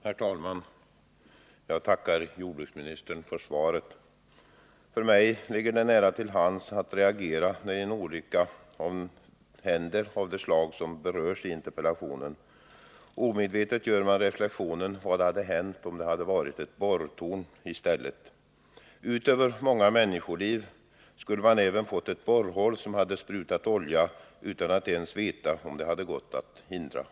Herr talman! Jag tackar jordbruksministern för svaret. För mig ligger det nära till hands att reagera när en olycka av det slag som berörs i interpellationen händer. Omedvetet gör man reflektionen: Vad hade hänt om det hade varit ett borrtorn i stället? Förutom att många människoliv skulle ha gått till spillo hade man fått ett borrhål, som hade sprutat olja, och man hade inte ens vetat om det hade gått att stoppa.